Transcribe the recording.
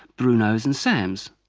brunos and sams.